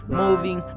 moving